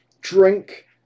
Drink